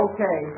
Okay